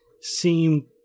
seem